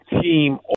team